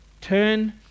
Turn